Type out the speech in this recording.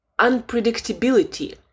unpredictability